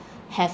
have